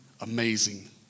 amazing